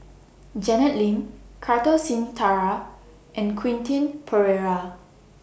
Janet Lim Kartar Singh Thakral and Quentin Pereira